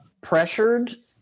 pressured